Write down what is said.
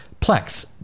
plex